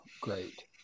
great